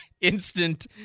Instant